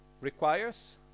requires